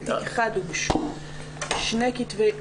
בתיק אחד שני כתבי אישום,